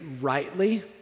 rightly